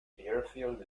airfield